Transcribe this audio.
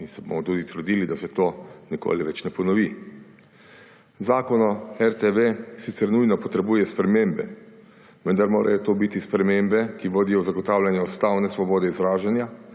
in se bomo tudi trudili, da se to nikoli več ne ponovi. Zakon o RTV sicer nujno potrebuje spremembe, vendar morajo biti to spremembe, ki vodijo v zagotavljanje ustavne svobode izražanja,